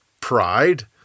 Pride